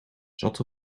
zat